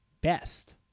best